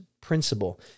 principle